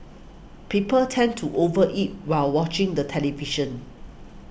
people tend to over eat while watching the television